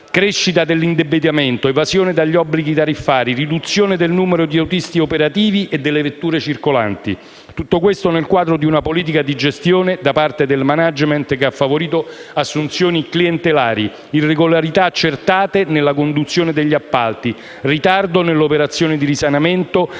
crescita dell'indebitamento, evasione dagli obblighi tariffari, riduzione del numero di autisti operativi e delle vetture circolanti. Tutto questo nel quadro di una politica di gestione da parte del *management* che ha favorito assunzioni clientelari, irregolarità accertate nella conduzione degli appalti e ritardo nell'operazione di risanamento